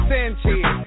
Sanchez